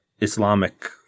Islamic